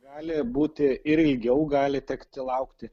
gali būti ir ilgiau gali tekti laukti